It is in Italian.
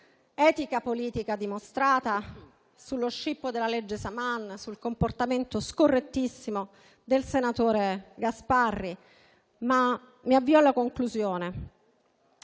sull'etica politica dimostrata, sullo scippo della legge Saman, sul comportamento scorrettissimo del senatore Gasparri, ma mi avvio alla conclusione.